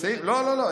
לא לא לא,